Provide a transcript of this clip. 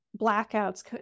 blackouts